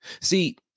See